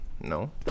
no